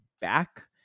back